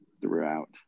throughout